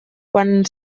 quan